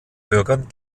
bürgern